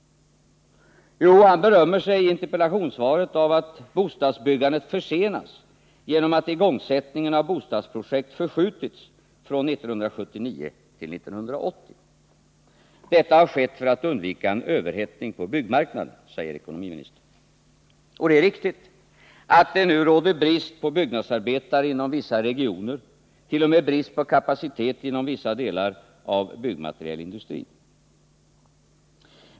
Jo, han berömmer sig i interpellationssvaret av att bostadsbyggandet försenas genom att igångsättningen av bostadsprojekt har förskjutits från 1979 till 1980. Detta har skett för att undvika en överhettning på byggnadsmarknaden, säger ekonomiministern. Det är riktigt att det nu råder brist på byggnadsarbetare inom vissa regioner, t. 0. m. brist på kapacitet inom vissa delar av byggmaterielindustrin.